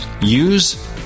Use